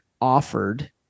offered